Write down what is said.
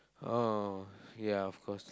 oh ya of course